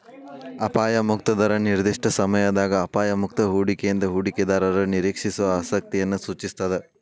ಅಪಾಯ ಮುಕ್ತ ದರ ನಿರ್ದಿಷ್ಟ ಸಮಯದಾಗ ಅಪಾಯ ಮುಕ್ತ ಹೂಡಿಕೆಯಿಂದ ಹೂಡಿಕೆದಾರರು ನಿರೇಕ್ಷಿಸೋ ಆಸಕ್ತಿಯನ್ನ ಸೂಚಿಸ್ತಾದ